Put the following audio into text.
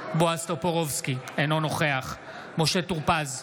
בועז טופורובסקי, אינו נוכח משה טור פז,